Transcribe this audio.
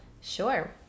Sure